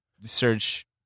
search